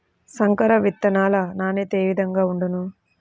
సంకర విత్తనాల నాణ్యత ఏ విధముగా ఉండును?